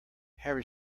harry